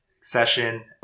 session